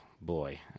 boy